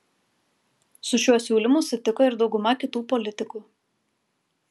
su šiuo siūlymu sutiko ir dauguma kitų politikų